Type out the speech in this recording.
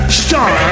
star